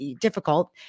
difficult